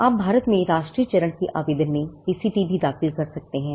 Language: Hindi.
आप भारत में राष्ट्रीय चरण के आवेदन में पीसीटी भी दाखिल कर सकते हैं